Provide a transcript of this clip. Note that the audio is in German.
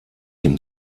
dem